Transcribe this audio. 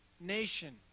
nation